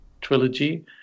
Trilogy